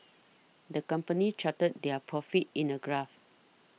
the company charted their profits in a graph